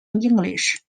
english